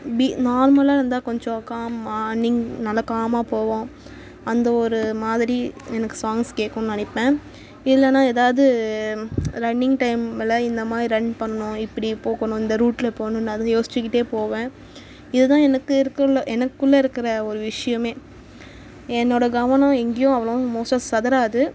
பீ நார்மலாக இருந்தால் கொஞ்சம் காமாக மார்னிங் நல்லா காமாக போவோம் அந்த ஒரு மாதிரி எனக்கு சாங்ஸ் கேட்கணுன்னு நினைப்பேன் இல்லைன்னா ஏதாவது ரன்னிங் டைமில் இந்த மாதிரி ரன் பண்ணணும் இப்படி போகணும் இந்த ரூட்டில் போகணுன்னு அதை யோசிச்சுக்கிட்டே போவேன் இது தான் எனக்கு இருக்குள்ளே எனக்குள்ளே இருக்கிற ஒரு விஷயமே என்னோடய கவனம் எங்கேயும் அவ்வளவாக மோஸ்ட்டாக சிதறாது